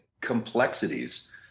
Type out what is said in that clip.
complexities